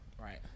right